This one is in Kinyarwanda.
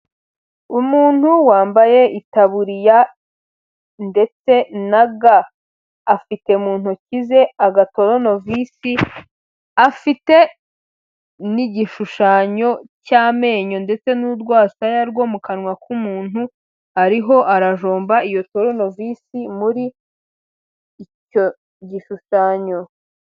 Umuntu wambaye itaburiya ndetse na ga, afite mu ntoki ze agatoronovisi, afite n'igishushanyo cy'amenyo ndetse n'urwasaya rwo mu kanwa k'umuntu ariho arajomba iyo teronovisi muri icyo gishushanyo.